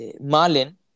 Malin